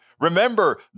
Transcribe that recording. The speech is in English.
Remember